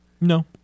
No